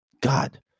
God